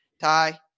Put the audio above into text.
Ty